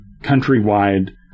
countrywide